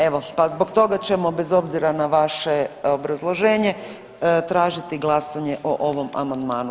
Evo, pa zbog toga ćemo bez obzira na vaše obrazloženje tražiti glasanje o ovom amandmanu.